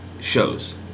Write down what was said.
shows